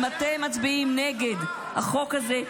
אם אתם מצביעים נגד החוק הזה,